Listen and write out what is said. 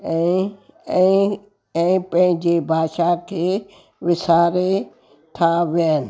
ऐं ऐं ऐं पंहिंजी भाषा खे विसारे था वियनि